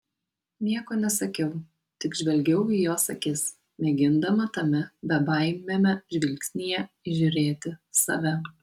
nieko nesakiau tik žvelgiau į jos akis mėgindama tame bebaimiame žvilgsnyje įžiūrėti save